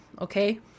Okay